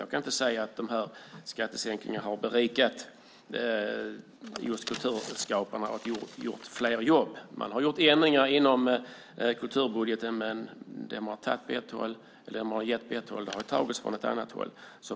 Jag kan inte se att skattesänkningarna berikat kulturskaparna genom fler jobb. Man har gjort ändringar i kulturbudgeten, men det man gett åt ett håll har tagits från ett annat håll.